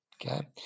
Okay